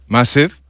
Massive